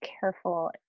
careful